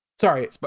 Sorry